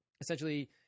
Essentially